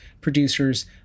producers